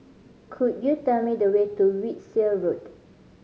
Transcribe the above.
could you tell me the way to Wiltshire Road